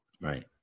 Right